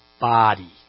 body